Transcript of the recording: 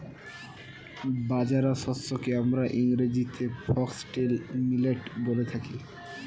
বাজরা শস্যকে আমরা ইংরেজিতে ফক্সটেল মিলেট বলে থাকি